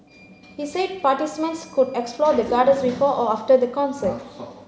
he said participants could explore the Gardens before or after the concert